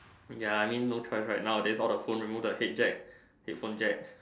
ya I mean no choice right nowadays all the phone remove the head Jack headphone Jack